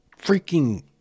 freaking